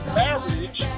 marriage